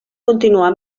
continuar